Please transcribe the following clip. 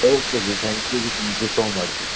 okay ਜੀ thank you ਜੀ thank you so much ਜੀ